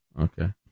Okay